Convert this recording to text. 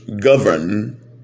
govern